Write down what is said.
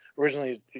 Originally